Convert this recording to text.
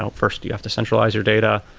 ah first, you have to centralize your data.